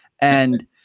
and-